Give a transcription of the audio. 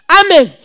Amen